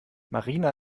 marina